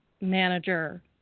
manager